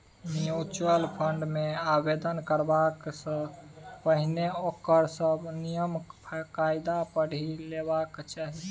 mutual fund मे आवेदन करबा सँ पहिने ओकर सभ नियम कायदा पढ़ि लेबाक चाही